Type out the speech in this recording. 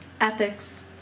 ethics